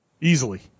Easily